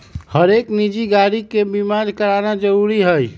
हरेक निजी गाड़ी के बीमा कराना जरूरी हई